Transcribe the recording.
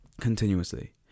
continuously